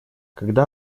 когда